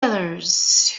others